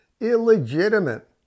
illegitimate